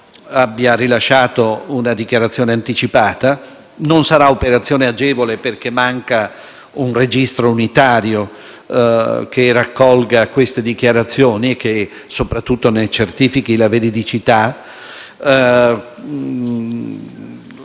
non sarà un'operazione agevole, perché manca un registro unitario che raccolga siffatte dichiarazioni e soprattutto ne certifichi la veridicità.